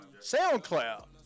SoundCloud